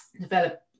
develop